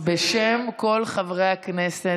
בשם כל חברי הכנסת.